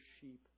sheep